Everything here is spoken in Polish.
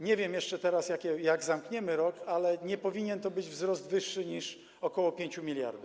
Nie wiem jeszcze teraz, jak zamkniemy rok, ale nie powinien to być wzrost wyższy niż ok. 5 mld.